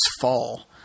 Fall